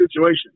situation